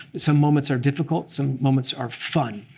some moments are difficult. some moments are fun.